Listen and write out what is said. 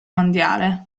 mondiale